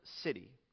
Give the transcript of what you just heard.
city